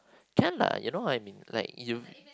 can lah you know I mean like you